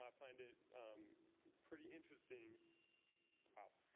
i plan to pretty interesting wow.